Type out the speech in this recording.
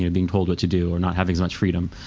and being told what to do or not having as much freedom.